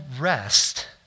rest